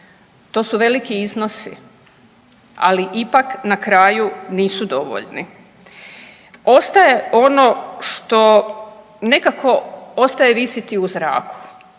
To su veliki iznosi, ali ipak na kraju nisu dovoljni. Ostaje ono što nekako ostaje visiti u zraku,